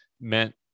meant